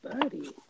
Buddy